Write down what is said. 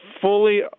fully